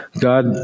God